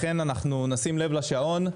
לכן נשים לב לשעון.